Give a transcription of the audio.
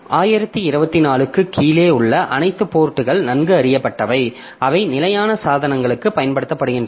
1024 க்குக் கீழே உள்ள அனைத்து போர்ட்கள் நன்கு அறியப்பட்டவை அவை நிலையான சாதனங்களுக்குப் பயன்படுத்தப்படுகின்றன